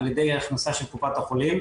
על ידי ההכנסה של קופות החולים,